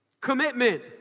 Commitment